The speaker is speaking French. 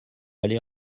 aller